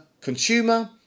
consumer